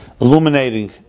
illuminating